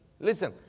Listen